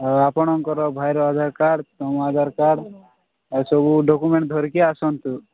ଆଉ ଆପଣଙ୍କର ଭାଇର ଆଧାର କାର୍ଡ଼୍ ତୁମ ଆଧାର କାର୍ଡ଼୍ ଆଉ ସବୁ ଡକୁମେଣ୍ଟ୍ ଧରିକି ଆସନ୍ତୁ